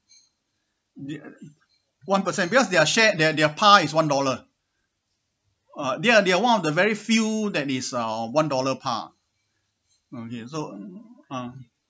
near one percent because their share their their par is one dollar uh they're they're one of the very few that is uh one dollar par okay so um